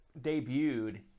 debuted